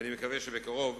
ואני מקווה שבקרוב,